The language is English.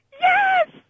Yes